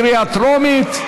קריאה טרומית.